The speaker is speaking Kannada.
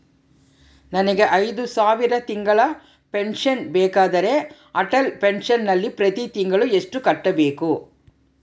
ನನಗೆ ಐದು ಸಾವಿರ ತಿಂಗಳ ಪೆನ್ಶನ್ ಬೇಕಾದರೆ ಅಟಲ್ ಪೆನ್ಶನ್ ನಲ್ಲಿ ಪ್ರತಿ ತಿಂಗಳು ಎಷ್ಟು ಕಟ್ಟಬೇಕು?